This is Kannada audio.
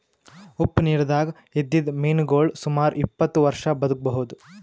ಉಪ್ಪ್ ನಿರ್ದಾಗ್ ಇದ್ದಿದ್ದ್ ಮೀನಾಗೋಳ್ ಸುಮಾರ್ ಇಪ್ಪತ್ತ್ ವರ್ಷಾ ಬದ್ಕಬಹುದ್